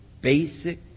basic